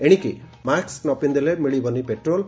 ଏଶିକି ମାସ୍କ ନ ପିନ୍ଧିରେ ମିଳିବନି ପେଟ୍ରୋଲ୍